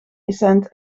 essent